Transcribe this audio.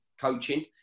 coaching